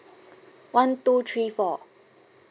one two three four